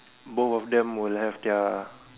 both of them will have their